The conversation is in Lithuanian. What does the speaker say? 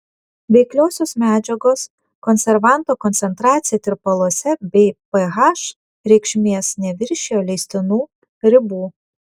veikliosios medžiagos konservanto koncentracija tirpaluose bei ph reikšmės neviršijo leistinų ribų